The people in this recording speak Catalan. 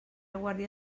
guàrdia